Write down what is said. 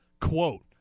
Quote